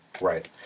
Right